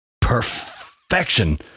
perfection